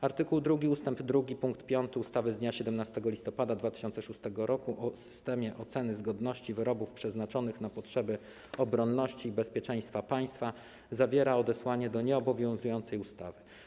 Art. 2 ust. 2 pkt 5 ustawy z dnia 17 listopada 2006 r. o systemie oceny zgodności wyrobów przeznaczonych na potrzeby obronności i bezpieczeństwa państwa zawiera odesłanie do nieobowiązującej ustawy.